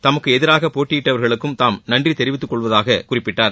தமக்கு எதிராக போட்டியிட்டவர்களுக்கும் தாம் நன்றி தெரிவித்துக் கொள்வதாகக் குறிப்பிட்டார்